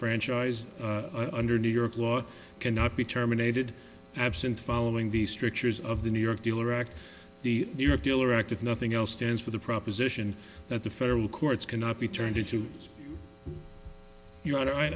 franchise under new york law cannot be terminated absent following the strictures of the new york dealer act the new york dealer act if nothing else stands for the proposition that the federal courts cannot be turned into you